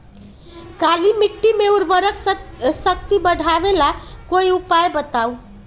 काली मिट्टी में उर्वरक शक्ति बढ़ावे ला कोई उपाय बताउ?